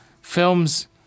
films